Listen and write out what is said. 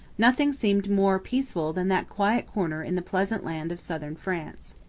nothing seemed more peaceful than that quiet corner in the pleasant land of southern france.